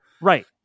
Right